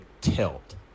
tilt